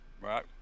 Right